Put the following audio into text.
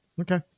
Okay